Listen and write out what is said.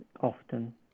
often